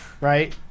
right